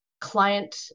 client